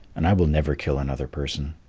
and i will never kill another person.